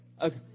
Okay